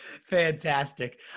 fantastic